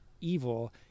evil